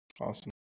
Awesome